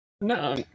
no